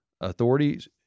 authorities